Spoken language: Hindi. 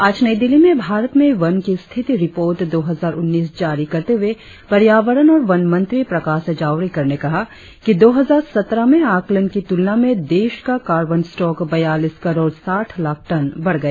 आज नई दिल्ली में भारत में वन की स्थिति रिपोर्ट दो हजार उन्नीस जारी करते हुए पर्यावरण और वन मंत्री प्रकाश जावड़ेकर ने कहा कि दो हजार सत्रह में आकलन की तुलना में देश का कार्बन स्टॉक बयालीस करोड़ साठ लाख टन बढ़ गया